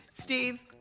Steve